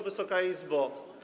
Wysoka Izbo!